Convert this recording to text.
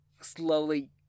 slowly